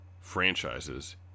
franchises